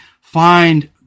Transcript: find